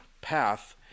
path